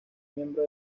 miembro